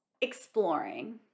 exploring